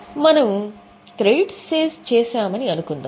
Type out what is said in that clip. మనము credit sales చేశామని అనుకుందాం